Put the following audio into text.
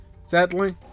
Sadly